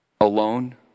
alone